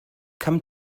come